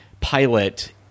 pilot